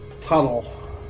Tunnel